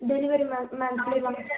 delivery ma'am ma'am